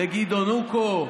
לגדעון אוקו,